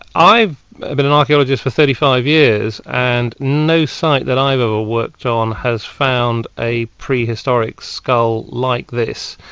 i've been an archaeologist for thirty five years and no site that i've ever worked on has found a prehistoric skull like this,